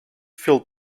filled